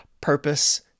Purpose